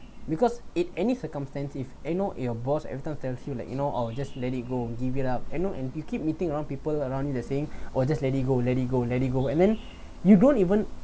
because it any circumstance if eh no your boss everytime will tells you like know oh just let it go give it up you know and you keep meeting around people around you the same or just let it go let it go let it go and then you don't even